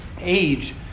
age